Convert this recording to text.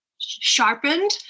sharpened